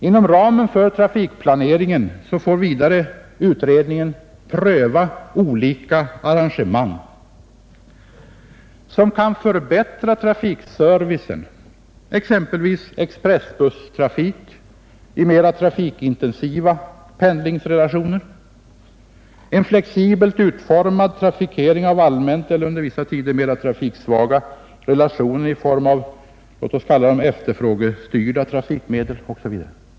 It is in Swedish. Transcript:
Inom ramen för trafikplaneringen får vidare utredningen pröva olika arrangemang som kan förbättra trafikservicen, exempelvis expressgodstrafik i mera trafikintensiva pendlingsrelationer eller en flexibelt utformad trafikering av allmänt eller under vissa tider mera trafiksvaga relationer i form av låt oss säga efterfrågestyrda trafikmedel osv.